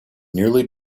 nearly